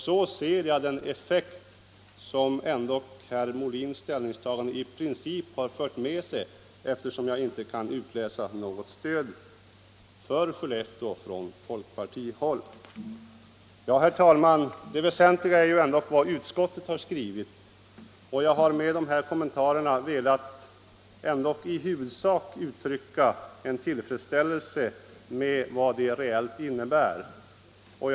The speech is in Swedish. Så ser jag i princip effekten av herr Molins ställningstagande, eftersom jag inte kan utläsa något stöd för Skellefteå från folkpartihåll. Herr talman! Det väsentliga är ändå vad utskottet skrivit, och jag har med dessa kommentarer velat i huvudsak uttrycka min tillfredsställelse med vad utskottets ställningstagande reellt innebär.